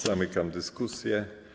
Zamykam dyskusję.